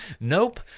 Nope